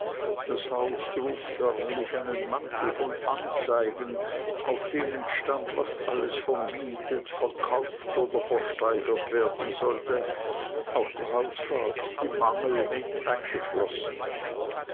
das haus trug förmlich einen mantel von anzeigen auf denen stand was alles vermietet verkauft oder versteigert werden sollte auch der hausrat die mangel